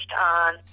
on